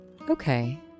Okay